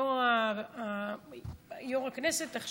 יו"ר הישיבה,